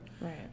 Right